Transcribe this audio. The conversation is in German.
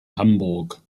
hamburg